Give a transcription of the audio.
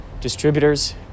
distributors